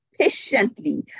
patiently